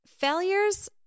Failures